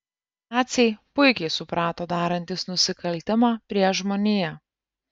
naciai puikiai suprato darantys nusikaltimą prieš žmoniją